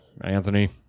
Anthony